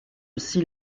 aussi